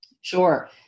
Sure